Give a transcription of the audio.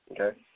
okay